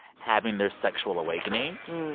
having their sexual awakenings.